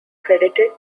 credited